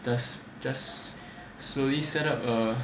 just just slowly set up a